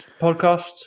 podcast